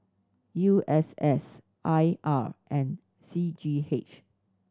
U S S I R and C G H